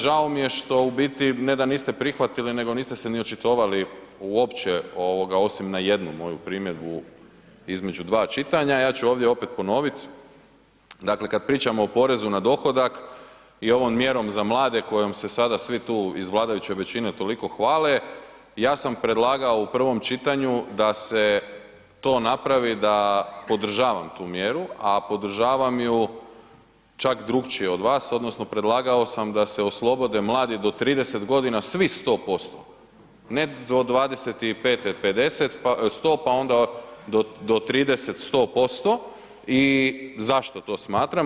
Žao mi je što u biti ne da niste prihvatili, nego niste se ni očitovali uopće ovoga osim na jednu moju primjedbu između dva čitanja, ja ću ovdje opet ponovit, dakle kad pričamo o porezu na dohodak i ovom mjerom za mlade kojom se sada svi tu iz vladajuće većine toliko hvale, ja sam predlagao u prvom čitanju da se to napravi da podržavam tu mjeru, a podržavam ju čak drukčije od vas odnosno predlagao sam da se oslobode mladi do 30.g. svi 100%, ne do 25. 100, pa onda do 30. 100% i zašto to smatram?